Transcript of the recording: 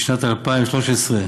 בשנת 2013,